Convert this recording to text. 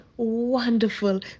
Wonderful